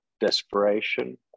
desperation